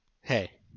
Hey